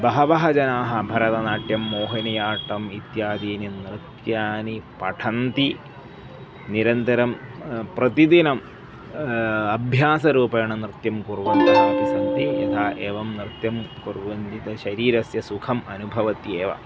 बहवः जनाः भरतनाट्यं मोहिनी आट्टम् इत्यादीनि नृत्यानि पठन्ति निरन्तरं प्रतिदिनम् अभ्यासरूपेण नृत्यं कुर्वन्तः अपि सन्ति यथा एवं नृत्यं कुर्वन्ति ते तत् शरीरस्य सुखम् अनुभवन्त्येव